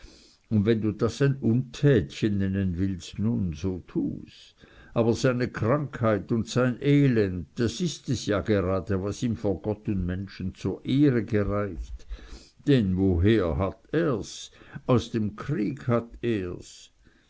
und wenn du das ein untätchen nennen willst nun so tu's aber seine krankheit und sein elend das ist es ja gerade was ihm vor gott und menschen zur ehre gereicht denn woher hat er's aus dem krieg her hat er's